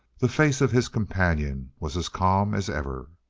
the face of his companion was as calm as ever.